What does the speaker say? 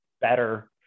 better